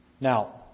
Now